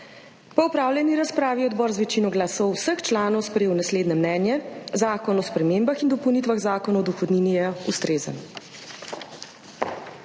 Po opravljeni razpravi je odbor z večino glasov vseh članov sprejel naslednje mnenje: Zakon o spremembah in dopolnitvah Zakona o dohodnini je ustrezen.